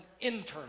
internal